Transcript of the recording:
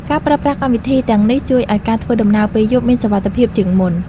ការប្រើប្រាស់កម្មវិធីទាំងនេះ ជួយឱ្យការធ្វើដំណើរពេលយប់មានសុវត្ថិភាពជាងមុន។